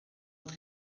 het